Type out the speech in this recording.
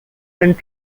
and